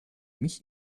mich